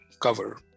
cover